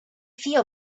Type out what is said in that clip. feel